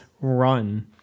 run